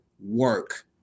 work